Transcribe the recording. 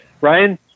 Ryan